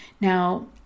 Now